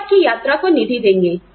वे आपकी यात्रा को निधि देंगे